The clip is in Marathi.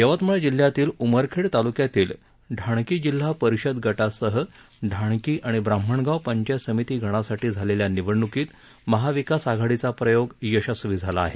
यवतमाळ जिल्ह्यातील उमरखेड तालुक्यातील ढाणकी जिल्हा परिषद गटासह ढाणकी व ब्राम्हणगाव पंचायत समिती गनासाठी झालेल्या निवडणुकीत महाविकास आघाडीचा प्रयोग यशस्वी झाला आहे